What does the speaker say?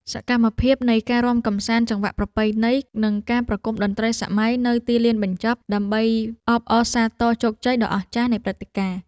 សកម្មភាពនៃការរាំកម្សាន្តចង្វាក់ប្រពៃណី និងការប្រគំតន្ត្រីសម័យនៅទីលានបញ្ចប់ ដើម្បីអបអរសាទរជោគជ័យដ៏អស្ចារ្យនៃព្រឹត្តិការណ៍។